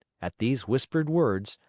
at these whispered words,